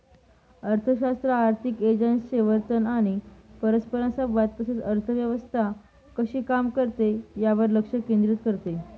अर्थशास्त्र आर्थिक एजंट्सचे वर्तन आणि परस्परसंवाद तसेच अर्थव्यवस्था कशी काम करते यावर लक्ष केंद्रित करते